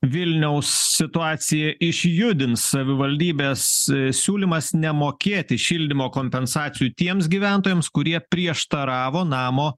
vilniaus situaciją išjudins savivaldybės siūlymas nemokėti šildymo kompensacijų tiems gyventojams kurie prieštaravo namo